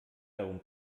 darum